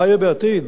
מה יהיה בעתיד?